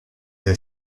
est